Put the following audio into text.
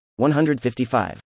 155